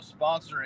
sponsoring